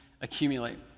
accumulate